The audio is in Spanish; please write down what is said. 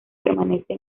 permanece